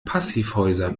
passivhäuser